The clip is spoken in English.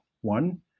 One